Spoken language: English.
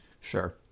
Sure